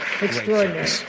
extraordinary